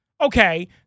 okay